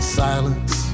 silence